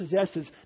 possesses